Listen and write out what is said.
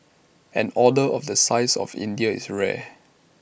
an order of the size of India's is rare